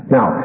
Now